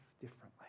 differently